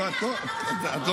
את לא באירוע.